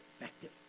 effective